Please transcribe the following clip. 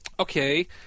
Okay